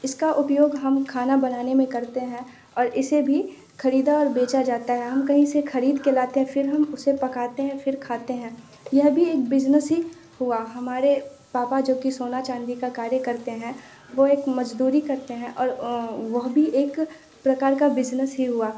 इसका उपयोग हम खाना बनाने में करते हैं और इसे भी ख़रीदा और बेचा जाता है हम कहीं से खरीद के लाते हैं फिर हम उसे पकाते हैं फिर खाते हैं यह भी एक बिजनेस ही हुआ हमारे पापा जो कि सोना चाँदी का कार्य करते हैं वो एक मजदूरी करते हैं और वह भी एक प्रकार का बिजनेस ही हुआ